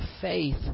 faith